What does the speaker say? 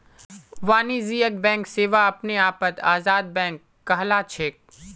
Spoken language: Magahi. वाणिज्यिक बैंक सेवा अपने आपत आजाद बैंक कहलाछेक